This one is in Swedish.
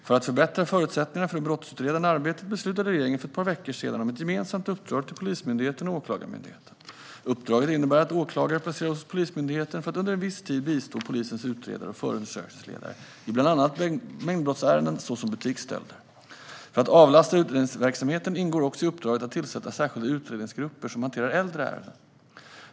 För att förbättra förutsättningarna för det brottsutredande arbetet beslutade regeringen för ett par veckor sedan om ett gemensamt uppdrag till Polismyndigheten och Åklagarmyndigheten. Uppdraget innebär att åklagare placeras hos Polismyndigheten för att under en tid bistå polisens utredare och förundersökningsledare i bland annat mängdbrottsärenden såsom butiksstölder. För att avlasta utredningsverksamheten ingår också i uppdraget att tillsätta särskilda utredningsgrupper som hanterar äldre ärenden.